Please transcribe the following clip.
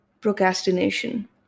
procrastination